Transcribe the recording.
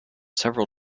several